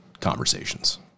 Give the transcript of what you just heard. conversations